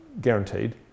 guaranteed